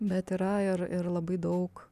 bet yra ir ir labai daug